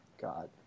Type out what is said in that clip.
God